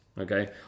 okay